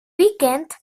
weekend